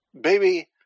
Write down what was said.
Baby